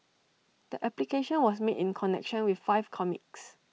the application was made in connection with five comics